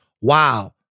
wow